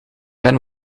ben